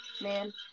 man